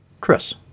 Chris